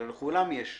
הרי לכולם יש אינטרס,